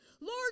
Lord